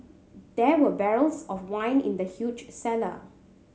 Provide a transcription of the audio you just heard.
there were barrels of wine in the huge cellar